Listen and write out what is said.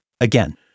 again